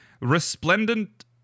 Resplendent